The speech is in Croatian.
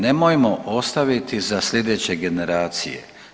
Nemojmo ostaviti za sljedeće generacije.